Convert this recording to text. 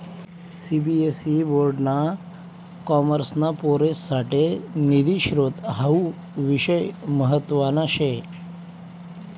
CBSE board ना कॉमर्सना पोरेससाठे निधी स्त्रोत हावू विषय म्हतवाना शे